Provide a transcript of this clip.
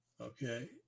okay